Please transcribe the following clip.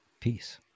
peace